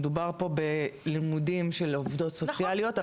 מדובר פה בלימודים של עובדות סוציאליות,